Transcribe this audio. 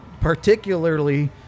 particularly